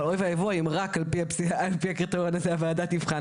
אבל אוי ואבוי אם רק על פי הקריטריון הזה הוועדה תבחן.